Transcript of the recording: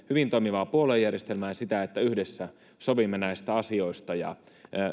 hyvin toimivaa puoluejärjestelmää ja sitä että yhdessä sovimme näistä asioista